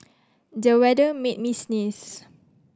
the weather made me sneeze